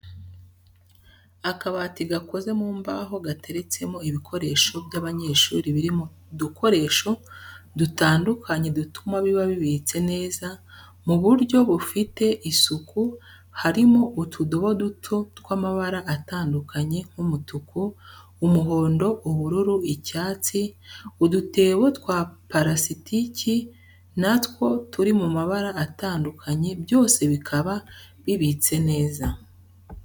Akabati gakoze mu mbaho gateretsemo ibikoresho by'abanyeshuri biri mu dukoresho dutandukanye dutuma biba bibitse neza mu buryo bufite isuku harimo utudobo duto tw'amabara atandukanye, nk'umutuku, umuhondo, ubururu, icyatsi, udutebo twa parasitiki natwo turi mu mabara atandukanye byose bikaba bibitse neza.